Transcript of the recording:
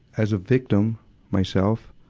as a victim myself,